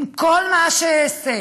אם כל מה שאעשה